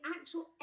actual